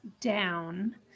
down